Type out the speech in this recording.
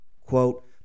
quote